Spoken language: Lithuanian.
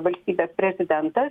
valstybės prezidentas